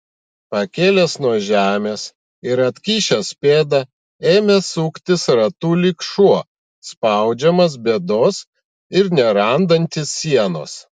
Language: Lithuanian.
pakėlęs nuo žemės ir atkišęs pėdą ėmė suktis ratu lyg šuo spaudžiamas bėdos ir nerandantis sienos